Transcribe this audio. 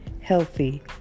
healthy